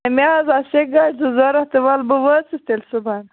مےٚ حظ آسہٕ سیٚکہِ گاڑِ زٕ ضروٗرت تہٕ وَلہٕ بہٕ وٲژٕس تیٚلہِ صُبَحن